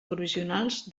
provisionals